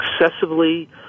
excessively